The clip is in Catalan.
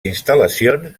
instal·lacions